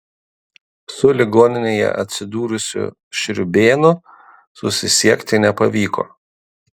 su ligoninėje atsidūrusiu šriūbėnu susisiekti nepavyko